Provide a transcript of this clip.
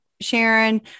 Sharon